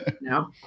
No